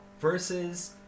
versus